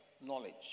knowledge